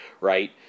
right